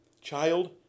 Child